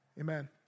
Amen